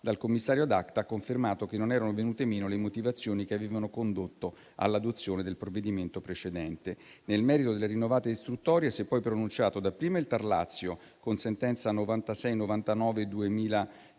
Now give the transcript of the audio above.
dal commissario *ad acta,* ha confermato che non erano venute meno le motivazioni che avevano condotto all'adozione del provvedimento precedente. Nel merito delle rinnovate istruttorie si è poi pronunciato dapprima il TAR Lazio, con sentenza n. 9699